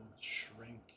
shrink